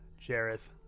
Jareth